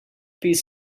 piece